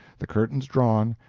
the curtains drawn,